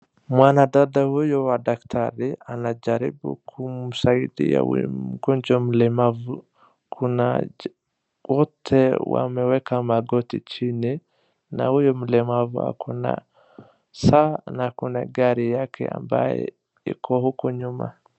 Mwanadada huyu daktari anajaribu kumsaidia huyu mgonjwa mlemavu. Wotw wameeka magoti chini na huyu mlemavu akona saa na akona gari yake ambayo iko huko nyuma.